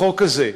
החוק הזה,